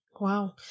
Wow